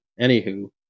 Anywho